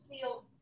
feel